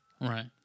Right